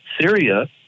Syria